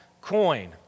coin